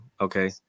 okay